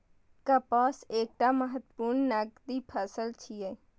कपास एकटा महत्वपूर्ण नकदी फसल छियै